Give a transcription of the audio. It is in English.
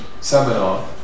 seminar